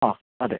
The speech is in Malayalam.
ആ അതെ